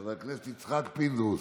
חבר הכנסת יצחק פינדרוס,